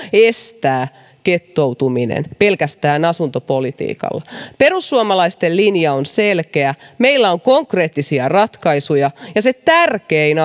estää gettoutuminen pelkästään asuntopolitiikalla perussuomalaisten linja on selkeä meillä on konkreettisia ratkaisuja ja se tärkein